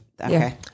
okay